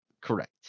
correct